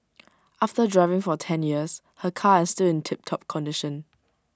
after driving for ten years her car is still in tiptop condition